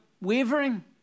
wavering